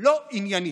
לא עניינית.